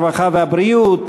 הרווחה והבריאות,